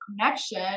connection